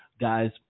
Guys